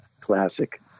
Classic